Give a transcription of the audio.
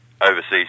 overseas